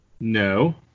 No